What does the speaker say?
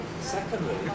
secondly